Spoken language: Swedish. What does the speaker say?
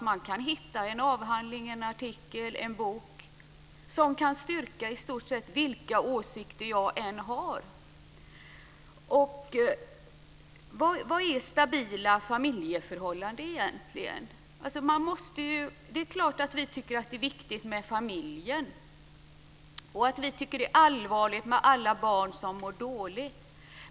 Man kan hitta en avhandling, en artikel eller en bok som kan styrka ens åsikter vilka de än är. Vad är egentligen stabila familjeförhållanden? Det är klart att vi tycker att familjen är viktig. Det är allvarligt med alla barn som mår dåligt.